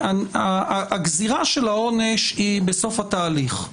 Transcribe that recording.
הגזירה של העונש היא בסוף התהליך.